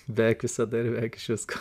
beveik visada ir beveik iš visko